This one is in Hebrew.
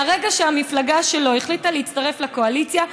מהרגע שהמפלגה שלו החליטה להצטרף לקואליציה,